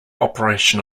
operation